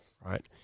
right